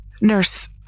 Nurse